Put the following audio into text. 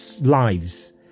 lives